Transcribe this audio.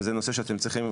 וזה נושא שאתם צריכים,